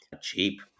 cheap